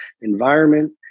environment